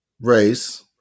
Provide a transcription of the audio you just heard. race